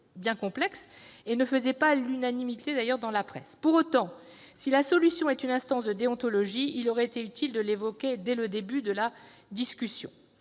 bien complexe et ne faisait pas l'unanimité dans la presse. Pour autant, si la solution est une instance de déontologie, il aurait été utile de l'évoquer dès le début de la discussion.